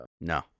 No